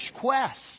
quest